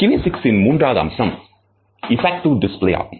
கினேசிக்ஸ்ன் மூன்றாவது அம்சம் effective displays ஆகும்